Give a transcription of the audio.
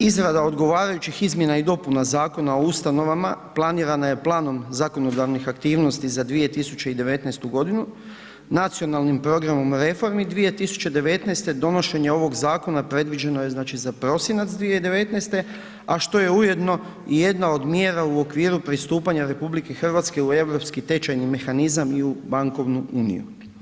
Izrada odgovarajućih izmjena i dopunama Zakona o ustanovama planirana je planom zakonodavnih aktivnosti za 2019. g. Nacionalnim programom reformi 2019. donošenje ovog zakona predviđeno je znači za prosinac 2019., a što je ujedno i jedna od mjera u okviru pristupanja RH u europski tečajni mehanizam i bankovnu uniju.